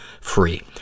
free